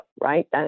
right